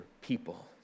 people